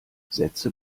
setze